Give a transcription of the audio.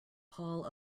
paul